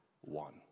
one